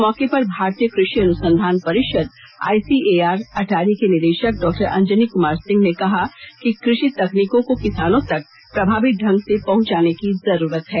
मौके पर भारतीय कृषि अनुसंधान परिषद आइसीएआर अटारी के निदेशक डा अंजनि कुमार सिंह ने कहा कि कृषि तकनीकों को किसानों तक प्रभावी ढंग से पहुंचाने की जरूरत है